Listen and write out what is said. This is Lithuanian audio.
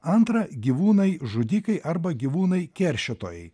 antra gyvūnai žudikai arba gyvūnai keršytojai